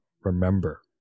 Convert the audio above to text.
remember